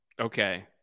okay